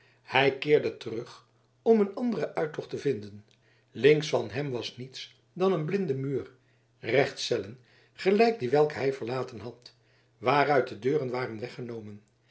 hij keerde terug om een anderen uittocht te vinden links van hem was niets dan een blinde muur rechts cellen gelijk die welke hij verlaten had waaruit de deuren waren weggenomen